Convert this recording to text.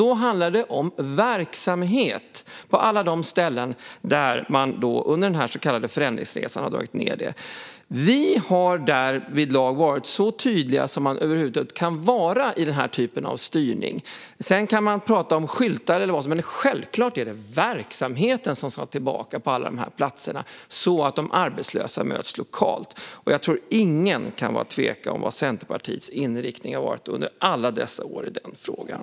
Det handlar om verksamhet på alla de ställen där man under den så kallade förändringsresan har dragit ned. Vi har därvidlag varit så tydliga som man över huvud taget kan vara i den här typen av styrning. Sedan kan man tala om skyltar eller vad som helst, men självklart är det verksamheten som ska tillbaka till alla de här platserna så att de arbetslösa möts lokalt. Jag tror att ingen kan tveka om vad Centerpartiets inriktning har varit under alla dessa år i den frågan.